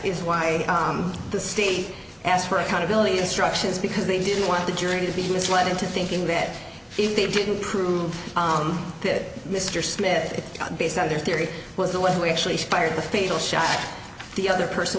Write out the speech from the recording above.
is why the state asked for accountability instructions because they didn't want the jury to be misled into thinking that if they didn't prove on that mr smith based on their theory was the one who actually fired the fatal shot the other person